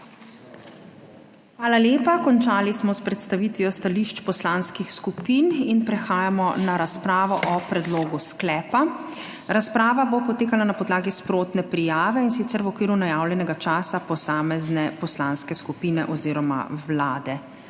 Hvala lepa. Končali smo s predstavitvijo stališč poslanskih skupin in prehajamo na razpravo o predlogu sklepa. Razprava bo potekala na podlagi sprotne prijave, in sicer v okviru najavljenega časa posamezne poslanske skupine oziroma Vlade.